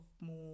more